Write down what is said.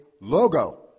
Logo